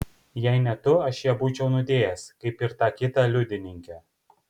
jei ne tu aš ją būčiau nudėjęs kaip ir tą kitą liudininkę